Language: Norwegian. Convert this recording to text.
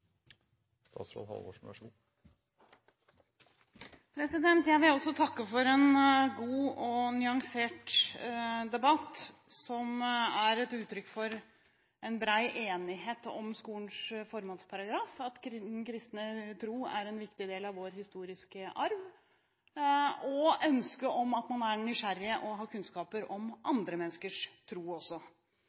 et uttrykk for en bred enighet om skolens formålsparagraf, at den kristne tro er en viktig del av vår historiske arv, og ønsket om at man er nysgjerrig og også har kunnskaper om andre menneskers tro.